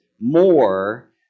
more